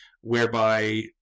whereby